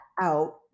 out